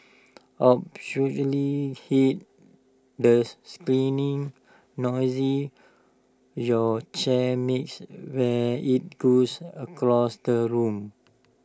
absolutely hate the noise your chair makes when IT goes across the room